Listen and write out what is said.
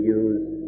use